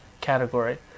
category